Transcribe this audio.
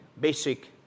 basic